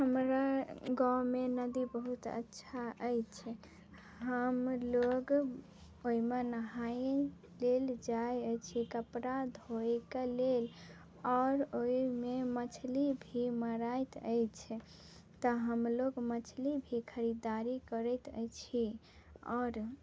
हमरा गाँवमे नदी बहुत अच्छा अछि हम लोग ओइमे नहाय लेल जाइ अछि कपड़ा धोयके लेल आओर ओइमे मछली भी मारैत अछि तऽ हम लोग मछली भी खरीदारी करैत अछि आओर